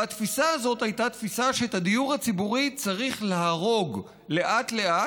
והתפיסה הזאת הייתה תפיסה שאת הדיור הציבורי צריך להרוג לאט-לאט,